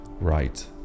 right